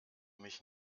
mich